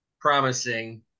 promising